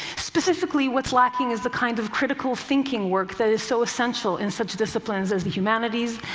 specifically, what's lacking is the kind of critical thinking work that is so essential in such disciplines as the humanities,